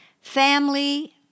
family